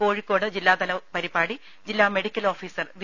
കോഴിക്കോട് ജില്ലാതല പരിപാടി ജില്ലാ മെഡിക്കൽ ഓഫീസർ വി